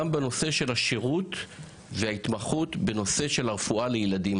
בנושא של השירות וההתמחות בנושא של הרפואה לילדים.